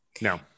no